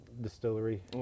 distillery